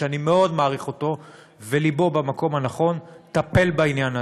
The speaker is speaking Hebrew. שאני מאוד מעריך אותו ולבו במקום הנכון: טפל בעניין הזה.